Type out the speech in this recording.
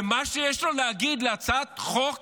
ומה שיש לו להגיד על הצעת חוק